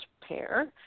pair